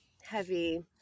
Heavy